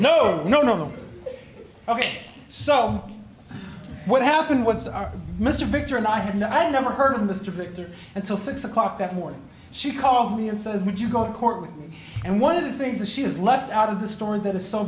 no no no no ok so what happened was our mr victor and i had no i never heard of mr victor until six o'clock that morning she called me and says would you go to court with me and one of the things that she has left out of the story that is so